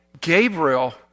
Gabriel